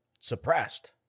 suppressed